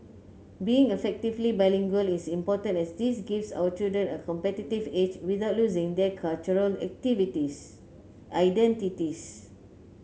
being effectively bilingual is important as this gives our children a competitive edge without losing their cultural activities identities